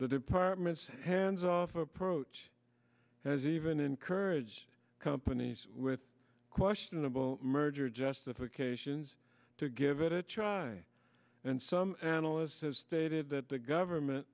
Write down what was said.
the department's hands off approach has even encouraged companies with questionable merger justifications to give it a try and some analysts have stated that the government